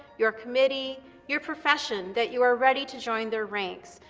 your committee, your profession, that you are ready to join their ranks,